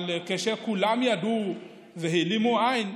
אבל כשכולם ידעו והעלימו עין,